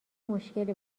مشکلی